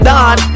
Don